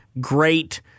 great